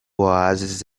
oásis